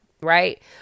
right